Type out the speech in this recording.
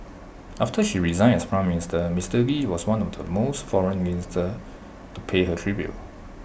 after she resigned as Prime Minister Mister lee was one of the first foreign leaders to pay her tribute